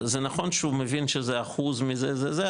זה נכון שהוא מבין שזה אחוז מזה זה זה,